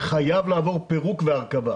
חייב לעבור פירוק והרכבה.